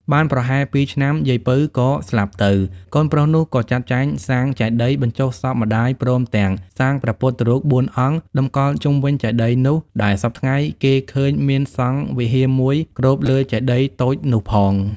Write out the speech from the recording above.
បានប្រហែលពីរឆ្នាំ យាយ ពៅ ក៏ស្លាប់ទៅ កូនប្រុសនោះ ក៏ចាត់ចែងសាងចេតិយ បញ្ចុះសពម្ដាយព្រមទាំងសាងព្រះពុទ្ធរូបបួនអង្គ តម្កល់ជុំវិញចេតិយនោះ ដែលសព្វថ្ងៃគេឃើញមានសង់វិហារមួយគ្របលើចេតិយតូចនោះផង ។